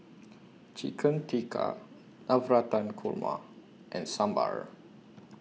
Chicken Tikka Navratan Korma and Sambar